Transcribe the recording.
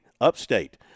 upstate